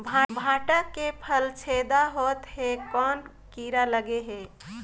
भांटा के फल छेदा होत हे कौन कीरा लगे हे?